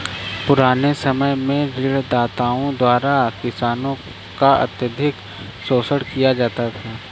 पुराने समय में ऋणदाताओं द्वारा किसानों का अत्यधिक शोषण किया जाता था